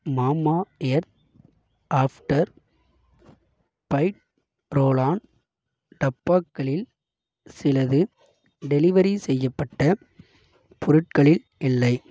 Mamaearth after bite roll on டப்பாக்களில் சிலது delivery செய்யப்பட்ட பொருட்களில் இல்லை